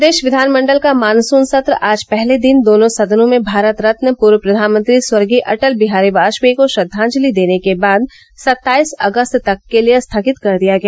प्रदेश विधानमण्डल का मानसून सत्र् आज पहले दिन दोनों सदनों में भारत रत्न पूर्व प्रधानमंत्री स्वर्गीय अटल बिहारी वाजपेयी को श्रद्वाजंलि देने के बाद सत्ताईस अगस्त तक के लिए स्थगित कर दिया गया